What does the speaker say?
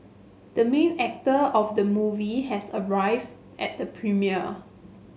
the main actor of the movie has arrived at the premiere